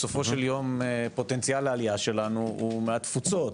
בסופו של יום פוטנציאל העלייה שלנו הוא מהתפוצות,